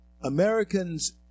Americans